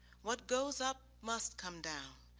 what goes up, must come down.